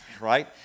right